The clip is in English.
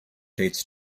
dates